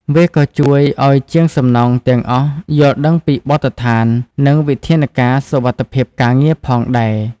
វាក៏ជួយឱ្យជាងសំណង់ទាំងអស់យល់ដឹងពីបទដ្ឋាននិងវិធានការសុវត្ថិភាពការងារផងដែរ។